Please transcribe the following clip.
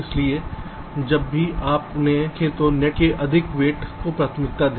इसलिए जब भी आप उन्हें रखें तो नेट के अधिक वजन को प्राथमिकता दें